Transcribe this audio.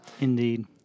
Indeed